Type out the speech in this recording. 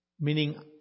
meaning